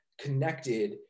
connected